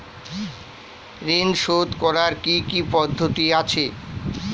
ঋন শোধ করার কি কি পদ্ধতি আছে?